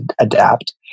adapt